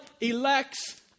elects